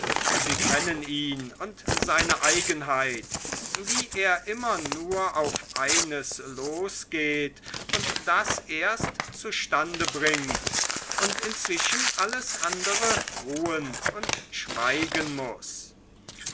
sie kennen ihn und seine eigenheit wie er immer nur auf eines losgeht und das erst zustande bringt und inzwischen alles andere ruhen und schweigen muß